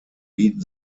bieten